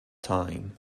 time